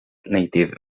native